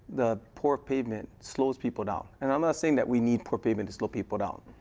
the poor pavement slows people down. and i'm not saying that we need poor pavement to slow people down.